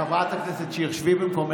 חברת הכנסת שיר, שבי במקומך.